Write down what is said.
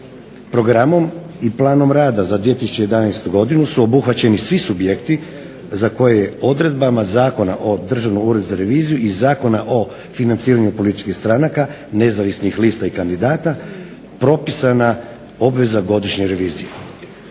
Programom i planom rada za 2011. godinu su obuhvaćeni svi subjekti za koje je odredbama Zakona o Državnom uredu za reviziju i Zakona o financiranju političkih stranaka, nezavisnih lista i kandidata propisana obveza godišnje revizije.